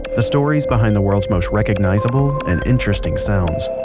the stories behind the world's most recognizable and interesting sounds.